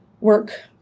work